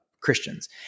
Christians